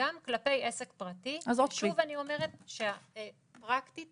שוב אני אומרת שפרקטית